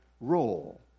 role